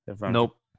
Nope